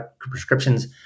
prescriptions